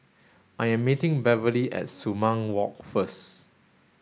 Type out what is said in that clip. I am meeting Beverley at Sumang Walk first